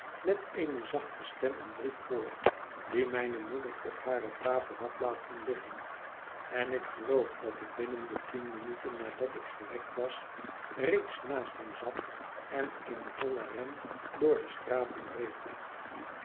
met eene zachte stem een brief voor dien mijne moeder op hare tafel had laten liggen en ik geloof dat ik binnen de tien minuten nadat ik gewekt was reeds naast hem zat en in vollen ren door de straten reed